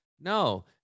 no